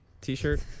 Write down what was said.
t-shirt